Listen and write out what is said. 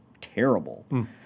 terrible